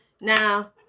Now